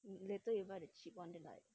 hmm later you buy the cheap [one] then like